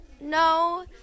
no